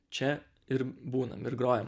čia ir būnam ir grojam